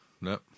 No